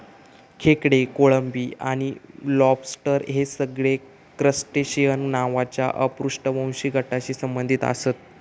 खेकडे, कोळंबी आणि लॉबस्टर हे सगळे क्रस्टेशिअन नावाच्या अपृष्ठवंशी गटाशी संबंधित आसत